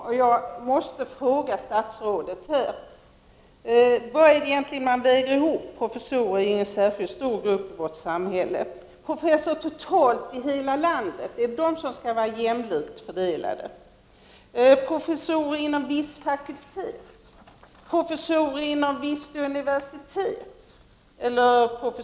Vilka överväganden är det man skall göra? Professorer är inte någon stor grupp i vårt samhälle. Är det professorerna totalt över hela landet som skall vara jämlikt fördelade, eller är det professorerna inom ett visst fakultet, ett visst universitet eller i ett visst ämne?